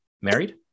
Married